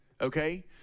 okay